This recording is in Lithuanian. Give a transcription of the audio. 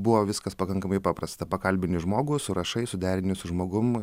buvo viskas pakankamai paprasta pakalbini žmogų surašai suderini su žmogum